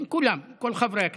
כן, כולם, כל חברי הכנסת.